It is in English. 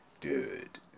dude